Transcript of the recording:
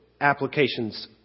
applications